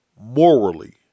morally